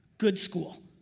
good school.